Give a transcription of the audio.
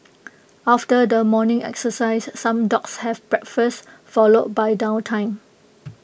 after the morning exercise some dogs have breakfast followed by downtime